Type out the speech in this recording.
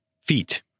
Feet